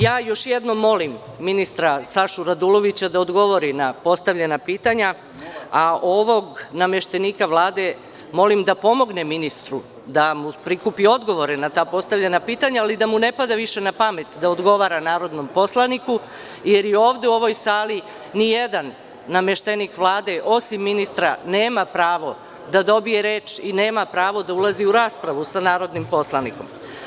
Još jednom molim ministra Sašu Radulovića da odgovori na postavljena pitanja, a ovog nameštenika Vlade molim da pomogne ministru da mu prikupi odgovore na ta postavljena pitanja, ali da mu ne pada više na pamet da odgovara narodnom poslaniku, jer ovde, u ovoj sali ni jedan nameštenik Vlade, osim ministra, nema pravo da dobije reč i nema pravo da ulazi u raspravu sa narodnim poslanikom.